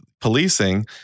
policing